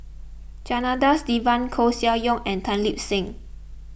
Janadas Devan Koeh Sia Yong and Tan Lip Seng